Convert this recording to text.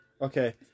Okay